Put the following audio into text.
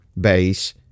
base